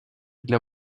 для